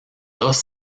dos